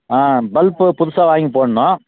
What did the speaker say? ஆ bulb புதுசாக வாங்கி போடணும்